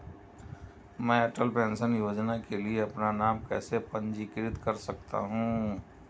मैं अटल पेंशन योजना के लिए अपना नाम कैसे पंजीकृत कर सकता हूं?